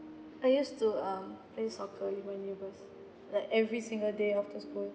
I used to um play soccer with my neighbours like every single day after school